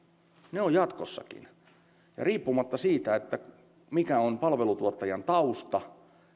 ne ovat jatkossakin riippumatta siitä mikä on palveluntuottajan tausta